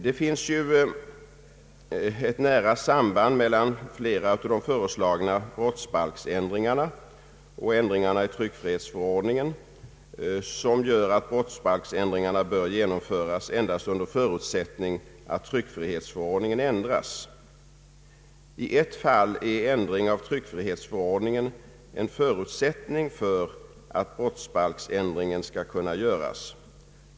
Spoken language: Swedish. Det finns ett nära samband mellan flera av de föreslagna brottsbalksändringarna och ändringarna i tryckfrihetsförordningen som gör att brottsbalksändringarna bör genomföras endast under förutsättning att tryckfrihetsförordningen ändras. I ett fall är ändring av tryckfrihetsförordningen en förutsättning för att brottsbalksändringen skall kunna göras.